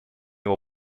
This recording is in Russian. его